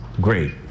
Great